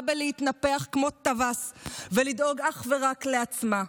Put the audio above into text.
בלהתנפח כמו טווס ולדאוג אך ורק לעצמה.